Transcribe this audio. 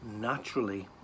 naturally